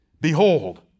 Behold